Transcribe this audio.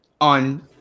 on